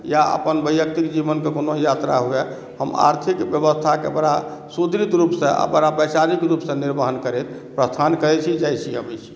हम आर्थिक व्यवस्थाक बड़ा सुदृढ़ रूपसँ आ बड़ा वैचारिक रूपसँ निर्वहन करैत प्रस्थान करै छी जाय छी आबै छी